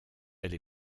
elle